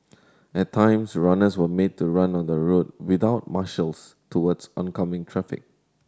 at times runners were made to run on the road without marshals towards oncoming traffic